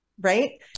right